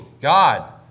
God